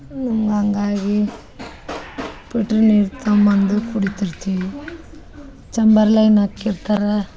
ನಂಗೆ ಹಂಗಾಗಿ ಪಿಟ್ರ್ ನೀರು ತಗೊಂಡ್ಬಂದು ಕುಡೀತಿರ್ತೀವಿ ಚಂಬರ್ ಲೈನ್ ಹಾಕಿರ್ತಾರ